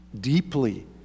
deeply